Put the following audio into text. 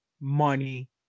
money